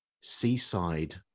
seaside